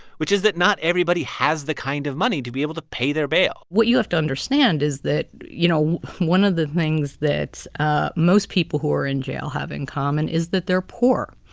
which is that not everybody has the kind of money to be able to pay their bail what you have to understand is that, you know, one of the things that ah most people who are in jail have in common is that they're poor.